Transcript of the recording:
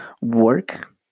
work